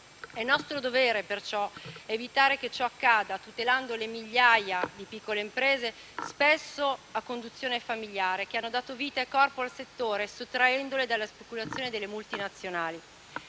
nostro dovere evitare che ciò accada, tutelando le migliaia di piccole imprese, spesso a conduzione familiare, che hanno dato vita e corpo al settore, sottraendole alla speculazione delle multinazionali.